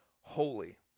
holy